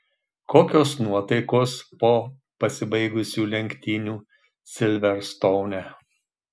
kokios nuotaikos po pasibaigusių lenktynių silverstoune